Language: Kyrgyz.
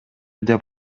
деп